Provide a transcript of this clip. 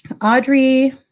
Audrey